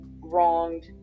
wronged